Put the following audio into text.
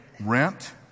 rent